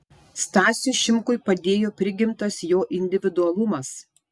stasiui šimkui padėjo prigimtas jo individualumas